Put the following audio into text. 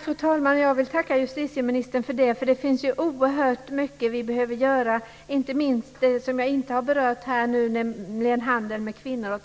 Fru talman! Jag vill tacka justitieministern för det. Det är oerhört mycket som vi behöver göra, inte minst inom det som jag inte har berört här, nämligen handeln med kvinnor och